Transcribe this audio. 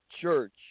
church